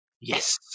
Yes